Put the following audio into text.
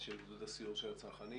של גדוד הסיור של הצנחנים